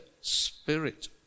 spirit